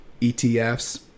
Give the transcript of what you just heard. ETFs